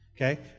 okay